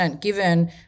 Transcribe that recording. given